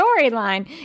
storyline